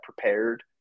prepared